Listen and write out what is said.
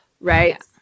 right